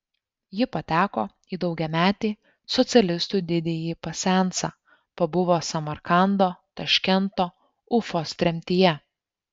ji pateko į daugiametį socialistų didįjį pasiansą pabuvo samarkando taškento ufos tremtyje